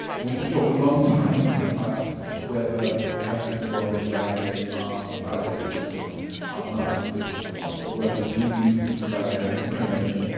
and we could talk a long time about whether the characters in robbins ballets are a ballet this one are narcissists or not the word has been used since the ballet had its premiere